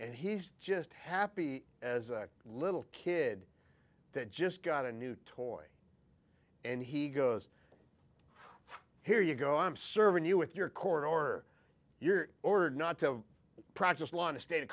and he's just happy as a little kid that just got a new toy and he goes here you go i'm serving you with your court or your order not to have practiced law in a state of